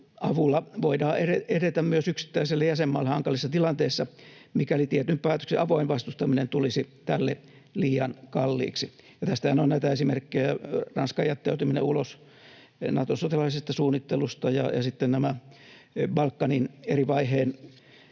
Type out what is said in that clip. voidaan edetä myös yksittäiselle jäsenmaalle hankalissa tilanteissa, mikäli tietyn päätöksen avoin vastustaminen tulisi tälle liian kalliiksi. Tästähän on näitä esimerkkejä: Ranskan jättäytyminen ulos Naton sotilaallisesta suunnittelusta ja sitten nämä Balkanin eri vaiheiden